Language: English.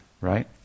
right